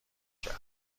کرد